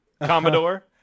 Commodore